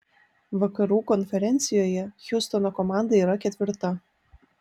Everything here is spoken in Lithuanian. vakarų konferencijoje hjustono komanda yra ketvirta